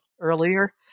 earlier